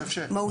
אותו.